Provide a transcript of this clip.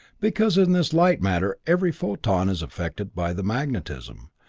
because in this light-matter every photon is affected by the magnetism,